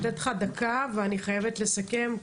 אני נותנת לך דקה ואני חייבת לסכם,